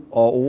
og